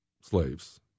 slaves